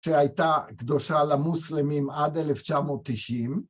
שהייתה קדושה למוסלמים עד 1990.